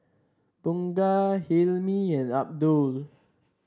Bunga Hilmi and Abdul